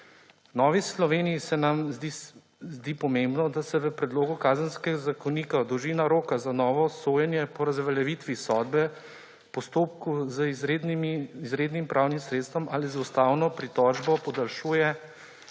Novi Sloveniji se nam zdi pomembno, da se v predlogu Kazenskega zakonika dolžina roka za novo sojenje po razveljavitvi sodbe v postopku z izrednim pravnim sredstvom ali z ustavno pritožbo podaljšuje